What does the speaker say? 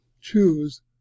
choose